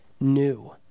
new